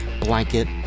blanket